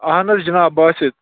اَہن حظ حِناب باسِت